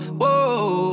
whoa